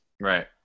Right